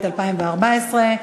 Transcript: התשע"ד 2014,